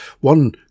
One